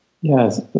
Yes